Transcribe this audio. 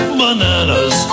bananas